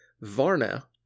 Varna